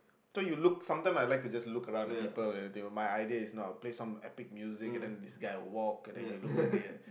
so you look sometime I like to just look around at people everything my idea is not play some epic music and then this guy will walk and then he will look like a